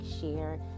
share